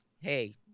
hey